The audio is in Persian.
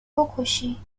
بکشی